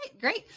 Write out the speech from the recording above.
Great